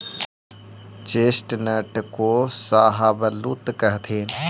chestnut को शाहबलूत कहथीन